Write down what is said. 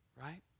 right